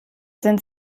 sind